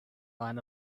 iron